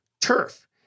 turf